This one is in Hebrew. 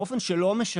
באופן שלא משקף.